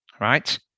right